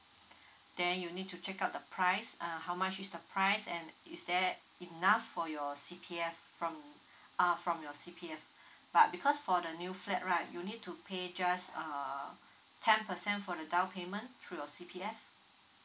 then you need to check out the price uh how much is the price and is there enough for your C_P_F from uh from your C_P_F but because for the new flat right you need to pay just uh uh uh ten percent for the down payment through your C_P_F